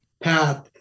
path